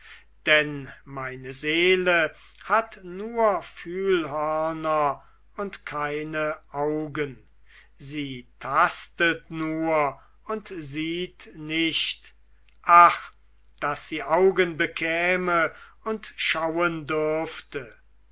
denn meine seele hat nur fühlhörner und keine augen sie tastet nur und sieht nicht ach daß sie augen bekäme und schauen dürfte